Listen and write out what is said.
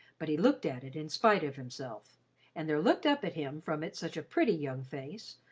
but he looked at it in spite of himself and there looked up at him from it such a pretty young face,